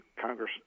Congress